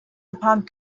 upon